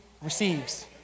receives